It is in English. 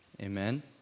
Amen